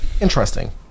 interesting